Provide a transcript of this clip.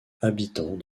habitants